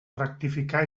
rectificar